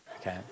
Okay